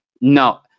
No